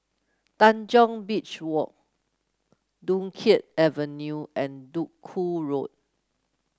Tanjong Beach Walk Dunkirk Avenue and Duku Road